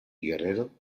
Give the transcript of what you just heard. guerrero